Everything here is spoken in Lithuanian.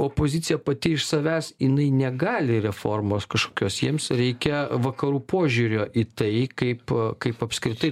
opozicija pati iš savęs jinai negali reformos kažkokios jiems reikia vakarų požiūrio į tai kaip kaip apskritai